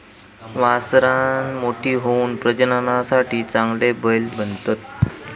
वासरां मोठी होऊन प्रजननासाठी चांगले बैल बनतत